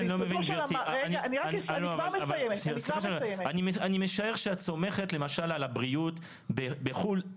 אני משער שאת סומכת למשל על הבריאות בחו"ל.